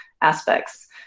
aspects